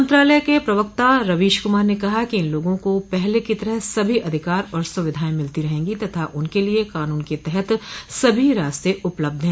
मंत्रालय के प्रवक्ता रवीश कुमार ने कहा कि इन लोगों को पहले की तरह सभी अधिकार और सुविधाएं मिलती रहेंगी तथा उनके लिए कानून के तहत सभी रास्ते उपलब्ध हैं